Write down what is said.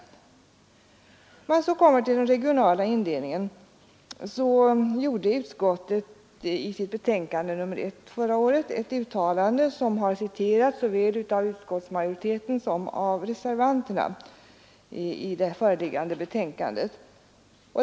Beträffande den regionala indelningen gjorde utskottet i sitt betänkande nr 1 förra året ett uttalande, som har citerats såväl av utskottsmajoriteten som av reservanterna i det föreliggande betänkandet.